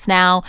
now